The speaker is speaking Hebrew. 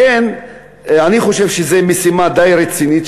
לכן אני חושב שזאת משימה די רצינית,